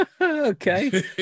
okay